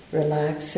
relax